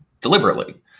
deliberately